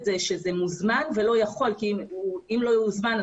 זה שהוא מוזמן ולא שהוא יכול כי אם הוא לא הוזמן,